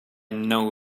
know